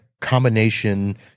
combination